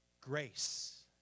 Grace